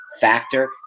factor